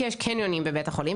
כי יש קניונים בבית החולים,